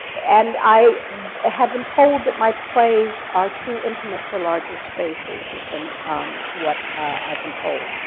and i have been told that my plays are too intimate for larger spaces, has been what i've been told.